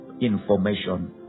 information